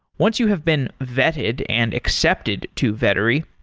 once you have been vetted and accepted to vettery,